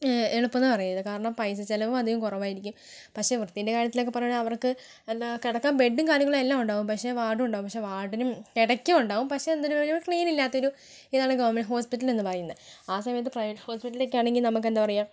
എളുപ്പം എന്ന് പറയുന്നത് കാരണം പൈസ ചിലവും അധികം കുറവായിരിക്കും പക്ഷേ വൃത്തീൻ്റെ കാര്യത്തിലൊക്കേ പറയാണെങ്കിൽ അവർക്ക് എന്താ കിടക്കാൻ ബെഡും കാര്യങ്ങളെല്ലാം ഉണ്ടാവും പക്ഷേ വാർഡ് ഉണ്ടാവും പക്ഷേ വാർഡിന് കിടക്കയും ഉണ്ടാവും പക്ഷേ എന്താ ഒരു ഒരു ക്ലീനില്ലാത്ത ഒരിതാണ് ഗവൺമെൻറ്റ് ഹോസ്പിറ്റലിൽ എന്ന് പറയുന്നത് ആ സമയത്ത് പ്രൈവറ്റ് ഹോസ്പിറ്റലിലൊക്കെയാണെങ്കിൽ നമുക്കെന്താ പറയാ